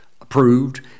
approved